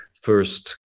first